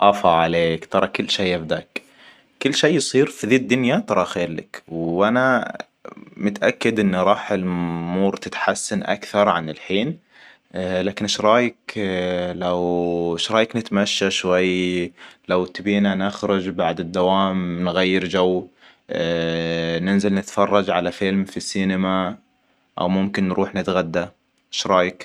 افا عليك ترى كل شي يفداك. كل شي يصير في ذي الدنيا ترى خير لك. وانا متأكد إنه راح الأمور تتحسن اكثر عن الحين. اه لكن إيش رأيك لو ايش رايك نتمشى شوي؟ لو تبينا نخرج بعد الدوام نغير جو ننزل نتفرج على فيلم في السينما. او ممكن نروح نتغدى. شرايك؟